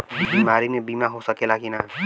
बीमारी मे बीमा हो सकेला कि ना?